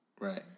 Right